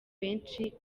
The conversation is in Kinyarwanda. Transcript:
benshi